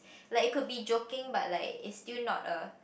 like it could be joking but like it's still not a